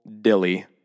dilly